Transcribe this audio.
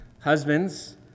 husbands